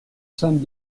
sangs